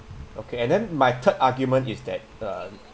okay and then my third argument is that uh